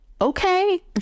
okay